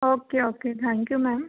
okay okay thank you ma'am